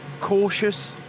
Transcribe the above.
Cautious